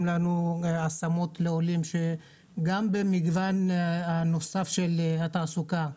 לנו השמות לעולם גם במגוון הנוסף של התעסוקה,